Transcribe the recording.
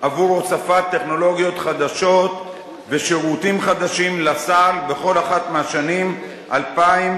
עבור הוספת טכנולוגיות חדשות ושירותים חדשים לסל בכל אחת מהשנים 2011